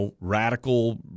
radical